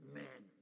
men